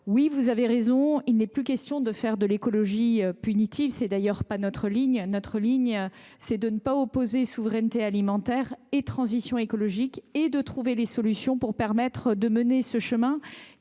Oui, vous avez raison, il n’est plus question de faire de l’écologie punitive. Ce n’est d’ailleurs pas notre ligne ! Notre ligne est de ne pas opposer souveraineté alimentaire et transition écologique et de trouver des solutions pour suivre ce chemin,